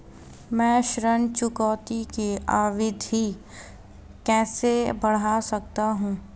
मैं ऋण चुकौती की अवधि कैसे बढ़ा सकता हूं?